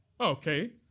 Okay